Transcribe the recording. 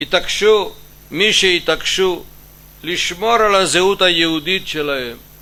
התעקשו מי שהתעקשו לשמור על הזהות היהודית שלהם